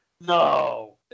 No